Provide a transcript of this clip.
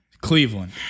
Cleveland